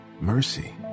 mercy